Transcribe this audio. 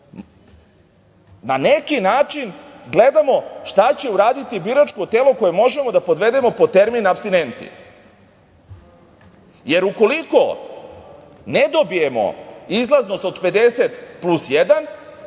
na neki način, gledamo šta će uraditi biračko telo koje možemo da podvedemo pod termin - apstinenti. Jer, ukoliko ne dobijemo izlaznost od 50 plus 1,